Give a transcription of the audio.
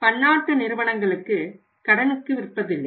அதாவது பன்னாட்டு நிறுவனங்களுக்கு கடனுக்கு விற்பதில்லை